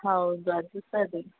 ಹೌದು ಅದು ಸರಿ